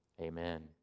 Amen